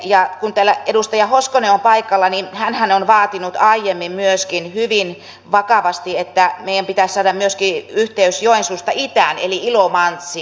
ja kun täällä edustaja hoskonen on paikalla niin hänhän on vaatinut aiemmin myöskin hyvin vakavasti että meidän pitäisi saada myöskin yhteys joensuusta itään eli ilomantsiin